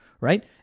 right